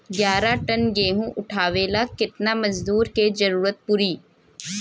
ग्यारह टन गेहूं उठावेला केतना मजदूर के जरुरत पूरी?